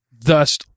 Thus